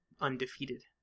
undefeated